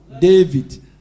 David